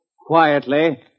quietly